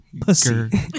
pussy